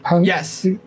yes